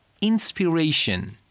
inspiration